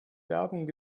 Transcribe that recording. werbung